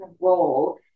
role